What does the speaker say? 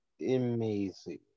amazing